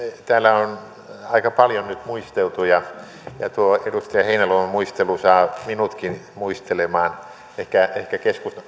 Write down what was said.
täällä on aika paljon nyt muisteltu ja ja tuo edustaja heinäluoman muistelu saa minutkin muistelemaan ehkä ehkä